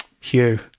Hugh